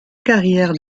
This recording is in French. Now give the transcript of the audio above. carrière